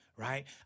Right